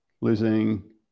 losing